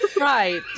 Right